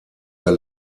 der